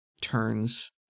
turns